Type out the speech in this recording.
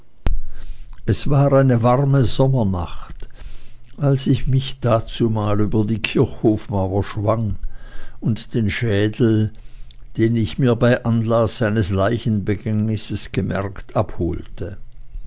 es war eine warme sommernacht als ich mich dazumal über die kirchhofmauer schwang und den schädel den ich mir bei anlaß eines leichenbegängnisses gemerkt abholte